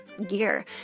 gear